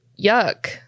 yuck